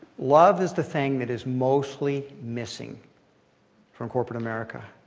love is the thing that is mostly missing from corporate america.